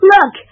Look